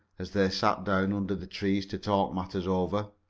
as they sat down under the trees to talk matters over.